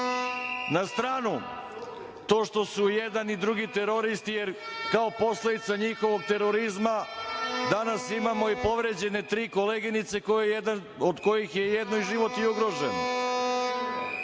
Na stranu to što su i jedan i drugi teroristi, kao posledica njihovog terorizma danas imamo i povređene tri koleginice, a jednoj je i život